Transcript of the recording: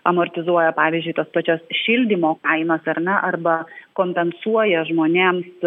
amortizuoja pavyzdžiui tas pačias šildymo kainas ar ne arba kompensuoja žmonėms